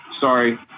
Sorry